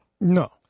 No